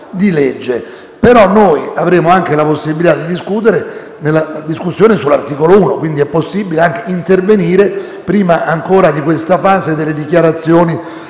di legge. Però noi avremo anche la possibilità di intervenire nella discussione sull'articolo 1. Quindi, è possibile intervenire prima ancora di questa fase delle dichiarazioni